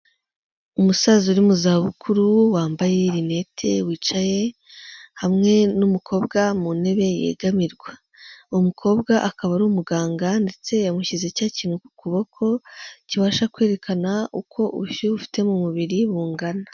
Umusaza uri mu zabukuru wambaye rinete, wicaye hamwe n'umukobwa mu ntebe yegamirwa. Uwo mukobwa akaba ari umuganga ndetse yamushyize cya kintu ku kuboko, kibasha kwerekana uko ubushyuhe ufite mu mubiri bungana.